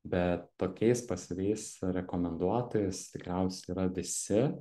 bet tokiais pasyviais rekomenduotojais tikriausiai yra visi